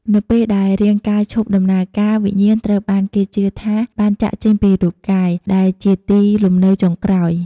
នៅពេលដែលរាង្គកាយឈប់ដំណើរការវិញ្ញាណត្រូវបានគេជឿថាបាន ចាកចេញពីរូបកាយ ដែលជាលំនៅចុងក្រោយ។